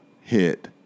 hit